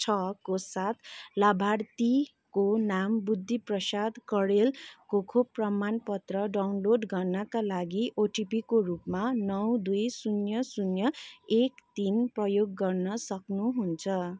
छको साथ लाभार्थीको नाम बुद्धि प्रसाद कँडेलको खोप प्रमाणपत्र डाउनलोड गर्नाका लागि ओटिपीको रूपमा नौ दुई शून्य शून्य एक तिन प्रयोग गर्न सक्नुहुन्छ